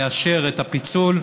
לאשר את הפיצול,